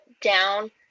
down